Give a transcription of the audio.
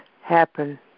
happen